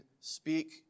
speak